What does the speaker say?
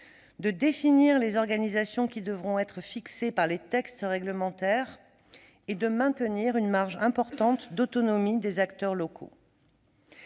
de définir les organisations qui devront être fixées par les textes réglementaires et de maintenir une marge importante d'autonomie des acteurs locaux.